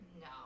no